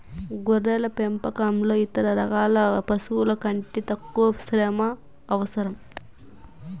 గొర్రెల పెంపకంలో ఇతర రకాల పశువుల కంటే తక్కువ శ్రమ అవసరం